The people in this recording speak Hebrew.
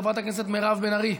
חברת הכנסת מירב בן ארי,